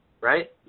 right